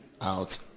out